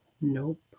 Nope